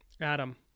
Adam